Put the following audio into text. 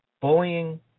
bullying